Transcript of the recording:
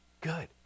Good